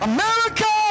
America